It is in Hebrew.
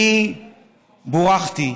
אני בורכתי,